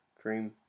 cream